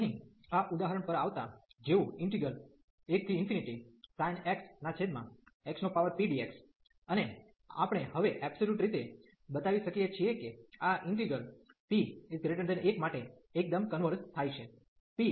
તેથી અહીં આ ઉદાહરણ પર આવતા જેવું 1sin x xpdx અને આપણે હવે એબ્સોલ્યુટ રીતે બતાવી શકીએ છીએ કે આ ઈન્ટિગ્રલ p1 માટે એકદમ કન્વર્ઝ થાય છે